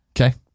Okay